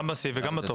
גם בסעיף וגם בטופס.